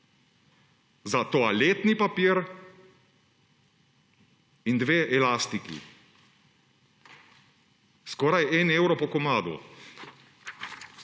za toaletni papir in dve elastiki. Skoraj 1 euro po komadu!